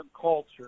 culture